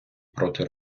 проти